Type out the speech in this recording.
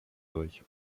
durch